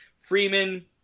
Freeman